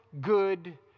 good